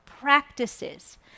practices